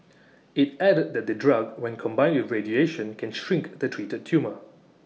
IT added that the drug when combined the radiation can shrink the treated tumour